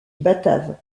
batave